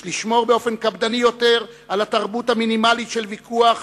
יש לשמור באופן קפדני יותר על התרבות המינימלית של ויכוח,